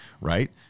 right